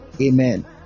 Amen